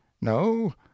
no